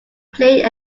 played